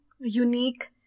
unique